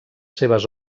seves